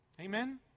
Amen